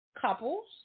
couples